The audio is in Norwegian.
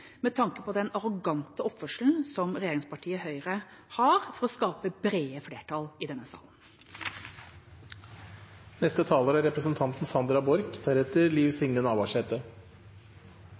med tanke på den arrogante oppførselen regjeringspartiet Høyre har – og det å skape brede flertall i denne